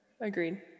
agreed